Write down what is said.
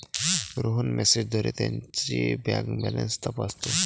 रोहन मेसेजद्वारे त्याची bank balance तपासतो